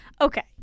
okay